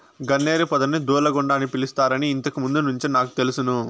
గన్నేరు పొదని దూలగుండ అని పిలుస్తారని ఇంతకు ముందు నుంచే నాకు తెలుసును